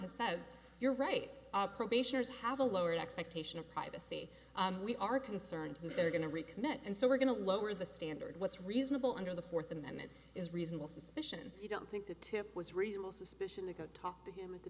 has said you're right probationers have a lower expectation of privacy we are concerned that they're going to recommit and so we're going to lower the standard what's reasonable under the fourth amendment is reasonable suspicion you don't think the tip was reasonable suspicion that go talk to oh i a